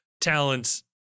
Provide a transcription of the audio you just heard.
talents